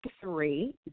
three